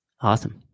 awesome